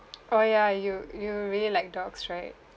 oh ya you you really like dogs right